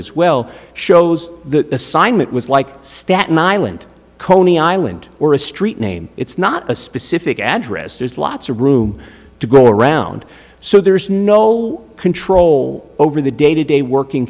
as well shows the assignment was like staten island coney island or a street name it's not a specific address there's lots of room to go around so there is no control over the day to day working